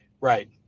Right